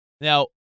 Now